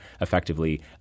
effectively